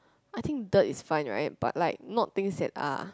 I think dirt is fine right but like not things that are